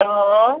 hello